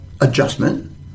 adjustment